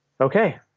okay